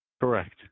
Correct